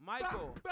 Michael